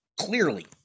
Clearly